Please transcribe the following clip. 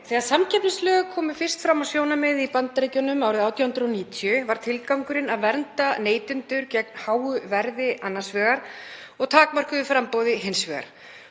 Þegar samkeppnislög komu fyrst fram á sjónarsviðið í Bandaríkjunum árið 1890 var tilgangurinn að vernda neytendur gegn háu verði annars vegar og takmörkuðu framboði hins vegar.